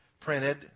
printed